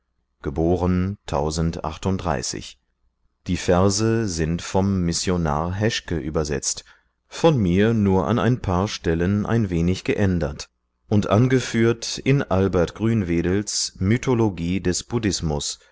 die verse sind vom missionar häschke übersetzt von mir nur an ein paar stellen ein wenig geändert und angeführt in albert grünwedels mythologie des buddhismus